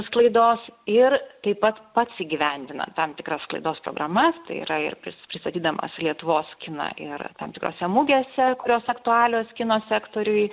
sklaidos ir taip pat pats įgyvendina tam tikras sklaidos programas tai yra ir pis pristatydamas lietuvos kiną ir tam tikrose mugėse kurios aktualios kino sektoriui